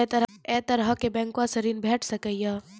ऐ तरहक बैंकोसऽ ॠण भेट सकै ये?